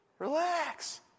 Relax